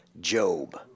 Job